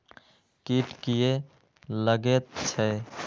कीट किये लगैत छै?